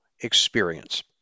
experience